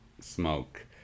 smoke